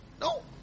No